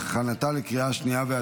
נתקבלה.